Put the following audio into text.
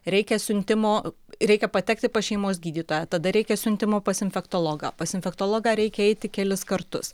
reikia siuntimo reikia patekti pas šeimos gydytoją tada reikia siuntimo pas infektologą pas infektologą reikia eiti kelis kartus